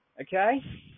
Okay